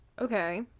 Okay